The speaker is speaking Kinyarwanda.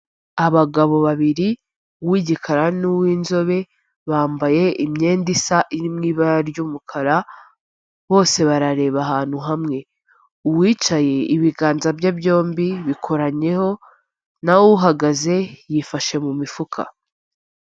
Abagabo babiri uw'igikara n'uw'inzobe bambaye imyenda isa iri mu ibara ry'umukara, bose barareba ahantu hamwe, uwicaye ibiganza bye byombi bikoranyeho naho uhagaze yifashe mu mifuka.